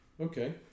Okay